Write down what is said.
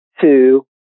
two